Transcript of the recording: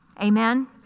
Amen